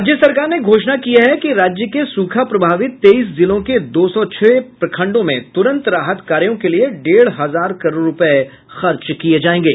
राज्य सरकार ने घोषणा की है कि राज्य के सूखा प्रभावित तेइस जिलों के दो सौ छह प्रखंडों में तुरंत राहत कार्यों के लिए डेढ़ हजार करोड़ रूपए खर्च किए जाएंगे